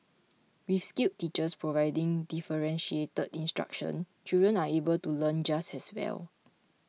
with skilled teachers providing differentiated instruction children are able to learn just as well